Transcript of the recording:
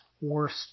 worst